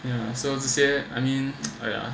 ya so to say I mean !aiya!